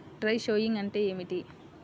Dry sowing అంటే ఏమిటి?